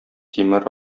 тимер